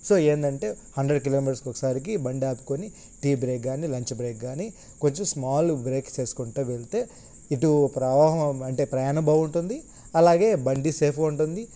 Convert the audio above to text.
so ఏంటంటే hundred కిలోమీటర్స్కి ఒకసారి బండి ఆపుకుని టీ బ్రేక్ కానీ లంచ్ బ్రేక్ కానీ కొంచెం స్మాల్ బ్రేక్ చేసుకుంటూ వెళ్తే ఇటు ప్రవాహం అంటే ప్రయాణం బాగుంటుంది అలాగే బండి సేఫుగా ఉంటుంది